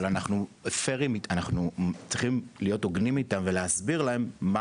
אבל אנחנו צריכים להיות הוגנים איתם ולהסביר להם מה